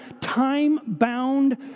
time-bound